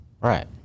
Right